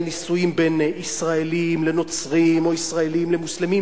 על נישואין בין ישראלים לנוצרים או ישראלים למוסלמים.